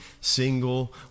single